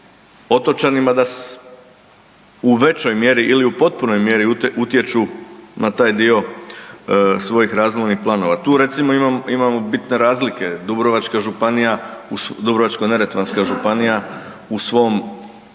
otočanima da u većoj mjeri ili u potpunoj mjeri utječu na taj dio svojih razvojnih planova, tu recimo imamo bitne razlike Dubrovačka županija, Dubrovačko-neretvanska županija u svom